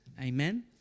Amen